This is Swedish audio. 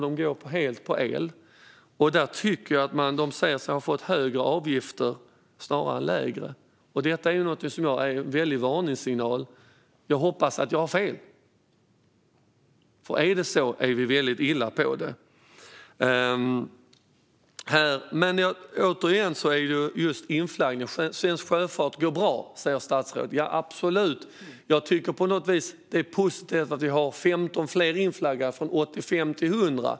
De går helt på el och säger sig ha fått högre avgifter snarare än lägre. Detta tycker jag är en tydlig varningssignal. Jag hoppas att jag har fel, för är det så är vi väldigt illa ute. Svensk sjöfart går bra, säger statsrådet. Ja, absolut! Jag tycker att det är positivt att vi har ökat antalet inflaggningar från 85 till 100.